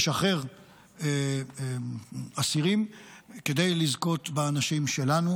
לשחרר אסירים כדי לזכות באנשים שלנו,